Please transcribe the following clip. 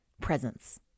presence